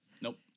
Nope